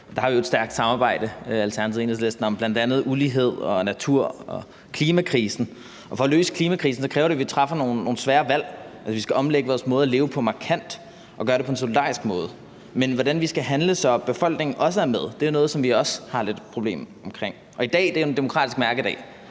Alternativet og Enhedslisten, om bl.a. ulighed, natur og klimakrisen. At løse klimakrisen kræver, at vi træffer nogle svære valg. Altså, vi skal omlægge vores måde at leve på markant og gøre det på en solidarisk måde. Men hvordan vi skal handle, så befolkningen også er med, er noget, som vi også har lidt problemer omkring. I dag er jo en demokratisk mærkedag,